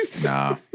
Nah